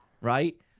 Right